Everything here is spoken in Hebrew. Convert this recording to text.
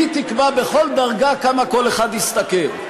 והיא תקבע בכל דרגה כמה כל אחד ישתכר.